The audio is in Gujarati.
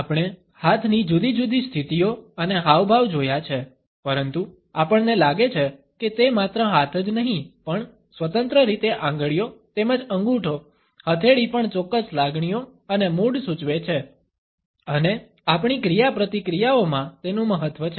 આપણે હાથની જુદી જુદી સ્થિતિઓ અને હાવભાવ જોયા છે પરંતુ આપણને લાગે છે કે તે માત્ર હાથ જ નહીં પણ સ્વતંત્ર રીતે આંગળીઓ તેમજ અંગૂઠો હથેળી પણ ચોક્કસ લાગણીઓ અને મૂડ સૂચવે છે અને આપણી ક્રિયાપ્રતિક્રિયાઓ માં તેનું મહત્વ છે